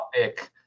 topic